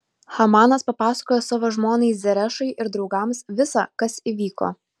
hamanas papasakojo savo žmonai zerešai ir draugams visa kas įvyko